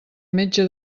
metge